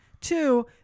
Two